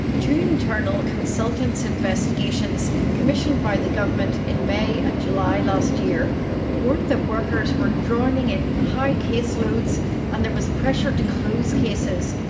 two internal consultants' investigations commissioned by the government in may and july last year warned that workers were drowning in high caseloads and there was pressure to close cases,